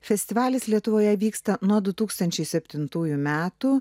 festivalis lietuvoje vyksta nuo du tūkstančiai septintųjų metų